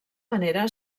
manera